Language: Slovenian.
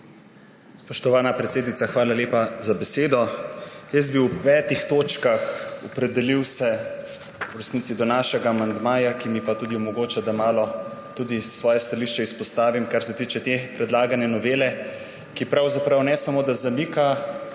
Spoštovana predsednica, hvala lepa za besedo. Jaz bi se v petih točkah opredelil v resnici do našega amandmaja, ki mi pa tudi omogoča, da malo tudi svoje stališče izpostavim, kar se tiče te predlagane novele, ki pravzaprav ne samo, da zamika